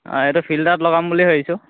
অঁ এইটো ফিল্টাৰত লগাম বুলি ভাবিছোঁ